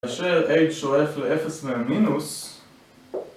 כאשר a שואף ל-0 מהמינוס